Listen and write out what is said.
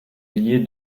liée